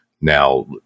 now